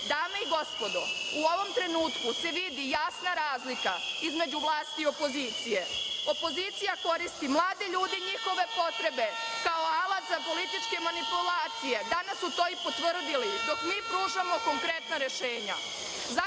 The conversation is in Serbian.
i gospodo, u ovom trenutku se vidi jasna razlika između vlasti i opozicije. Opozicija koristi mlade ljude i njihove potrebe kao alat za političke manipulacije, danas su to i potvrdili, dok mi pružamo konkretna rešenja. Zakon